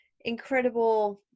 incredible